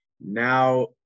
Now